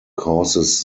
causes